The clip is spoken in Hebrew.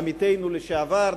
עמיתנו לשעבר,